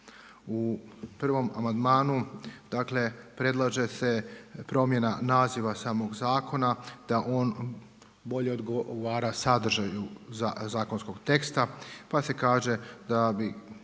U prvom amandmanu, dakle predlaže se promjena naziva samog zakona, da on bolje odgovara sadržaju zakonskog teksta, pa se kaže da bi